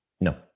No